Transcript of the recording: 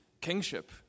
kingship